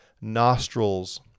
nostrils